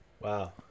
Wow